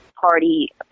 party